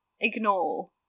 ignore